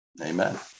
Amen